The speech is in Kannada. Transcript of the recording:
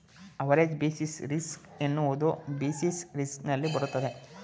ಆವರೇಜ್ ಬೇಸಿಸ್ ರಿಸ್ಕ್ ಎನ್ನುವುದು ಬೇಸಿಸ್ ರಿಸ್ಕ್ ನಲ್ಲಿ ಬರುತ್ತದೆ